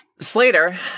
Slater